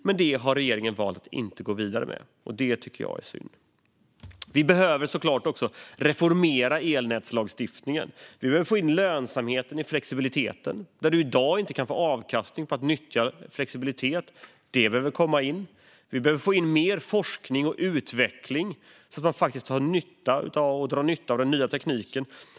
Men det har regeringen valt att inte gå vidare med, och det tycker jag är synd. Vi behöver såklart också reformera elnätslagstiftningen. Vi behöver få in lönsamhet i flexibilitet. Där man i dag inte kan få avkastning på att nyttja flexibilitet behöver det komma in. Vi behöver få in mer forskning och utveckling så att man faktiskt kan dra nytta av den nya tekniken.